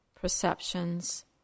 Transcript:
perceptions